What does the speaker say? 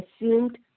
assumed